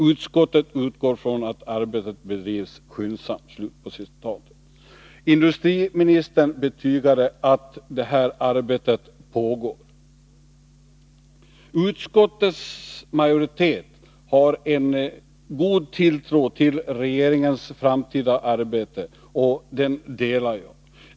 Utskottet utgår från att arbetet bedrivs skyndsamt.” Industriministern betygade att detta arbete pågår. Utskottets majoritet har en god tilltro till regeringens framtida arbete, och den delar jag.